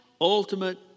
ultimate